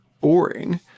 boring